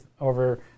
over